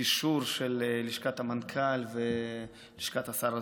הקישור של לשכת המנכ"ל ולשכת השר.